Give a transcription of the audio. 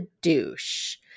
douche